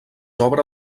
obra